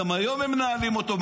גם היום הם מנהלים אותו,